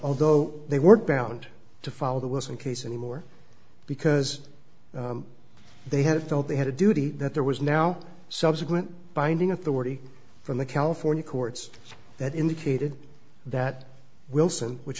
although they weren't bound to follow the wilson case anymore because they had felt they had a duty that there was now subsequent binding authority from the california courts that indicated that wilson which